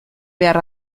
behar